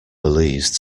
belize